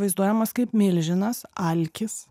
vaizduojamas kaip milžinas alkis